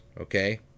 okay